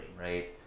right